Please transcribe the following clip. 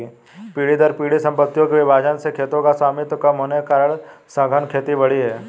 पीढ़ी दर पीढ़ी सम्पत्तियों के विभाजन से खेतों का स्वामित्व कम होने के कारण सघन खेती बढ़ी है